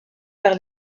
par